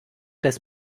des